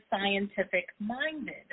scientific-minded